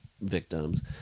victims